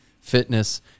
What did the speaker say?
fitness